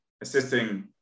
assisting